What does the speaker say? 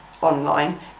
online